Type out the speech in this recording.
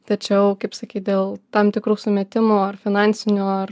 tačiau kaip sakyt dėl tam tikrų sumetimų ar finansinių ar